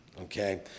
Okay